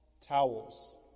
towels